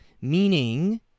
meaning